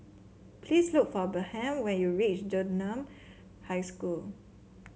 please look for Bernhard when you reach Dunman High School